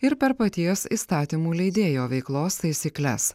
ir per paties įstatymų leidėjo veiklos taisykles